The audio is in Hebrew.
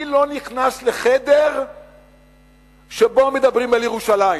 אני לא נכנס לחדר שבו מדברים על ירושלים,